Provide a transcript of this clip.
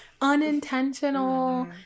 Unintentional